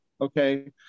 Okay